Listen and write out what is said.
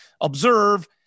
observe